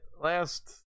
last